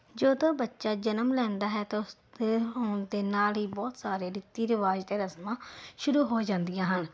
ਜਦੋਂ ਬੱਚਾ ਜਨਮ ਲੈਂਦਾ ਹੈ ਤਾਂ ਉਸ ਦੇ ਹੋਣ ਦੇ ਨਾਲ ਹੀ ਬਹੁਤ ਸਾਰੇ ਰੀਤੀ ਰਿਵਾਜ਼ ਅਤੇ ਰਸਮਾਂ ਸ਼ੁਰੂ ਹੋ ਜਾਂਦੀਆਂ ਹਨ